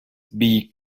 beak